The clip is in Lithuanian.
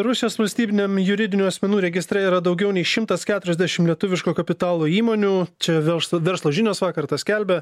rusijos valstybiniam juridinių asmenų registre yra daugiau nei šimtas keturiasdešimt lietuviško kapitalo įmonių čia ver verslo žinios vakar tą skelbė